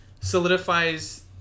solidifies